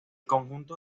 conjunto